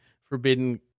Forbidden